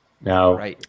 Now